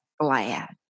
glad